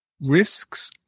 Risks